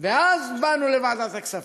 ואז באנו לוועדת הכספים.